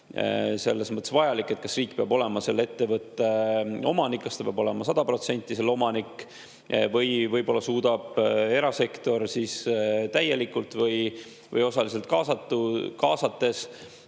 selles mõttes vajalik, et kas riik peab olema selle ettevõtte omanik, kas ta peab olema 100% selle omanik või võib-olla suudab erasektor, olles täielikult või osaliselt kaasatud,